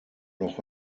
noch